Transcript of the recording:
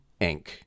Inc